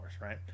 right